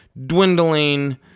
dwindling